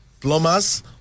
plumbers